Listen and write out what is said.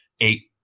eight